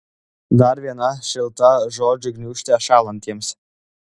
dar viena šilta žodžių gniūžtė šąlantiems